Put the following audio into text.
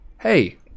Hey